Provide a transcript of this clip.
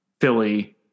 Philly